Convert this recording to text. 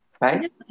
right